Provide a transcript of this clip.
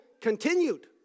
continued